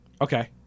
Okay